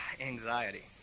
anxiety